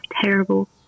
terrible